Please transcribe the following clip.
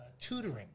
tutoring